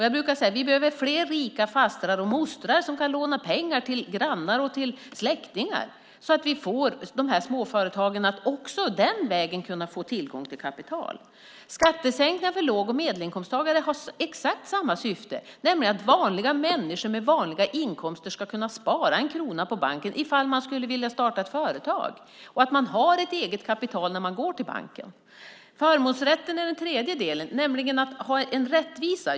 Jag brukar säga att vi behöver fler rika fastrar och mostrar som kan låna ut pengar till grannar och släktingar, så att småföretagen också den vägen ska kunna få tillgång till kapital. Skattesänkningar för låg och medelinkomsttagare har exakt samma syfte, nämligen att vanliga människor med vanliga inkomster ska kunna spara en krona på banken ifall man skulle vilja starta ett företag och kunna ha ett eget kapital när man går till banken. Förmånsrätten är den tredje delen, nämligen att ha en rättvisa.